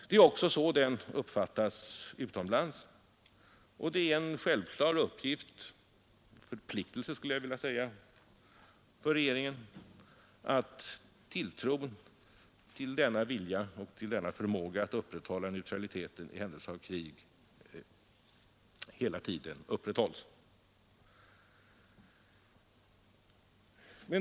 Det är också så det uppfattas utomlands och det är en självklar uppgift — en förpliktelse, skulle jag vilja säga — för regeringen att tilltron till denna vilja och denna förmåga att bevara neutraliteten i händelse av krig hela tiden upprätthålls.